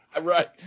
right